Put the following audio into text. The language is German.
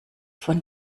von